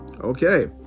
Okay